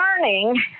learning